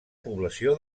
població